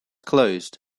closed